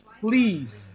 Please